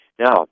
Now